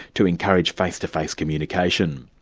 to encourage face-to-face communication.